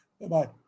Bye-bye